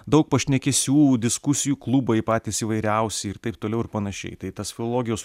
daug pašnekesių diskusijų klubai patys įvairiausi ir taip toliau ir panašiai tai tas filologijos